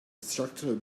structure